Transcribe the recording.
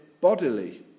bodily